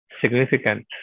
significant